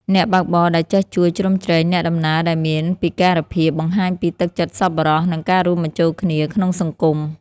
អ្នកបើកបរដែលចេះជួយជ្រោមជ្រែងអ្នកដំណើរដែលមានពិការភាពបង្ហាញពីទឹកចិត្តសប្បុរស និងការរួមបញ្ចូលគ្នាក្នុងសង្គម។